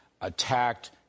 attacked